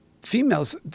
females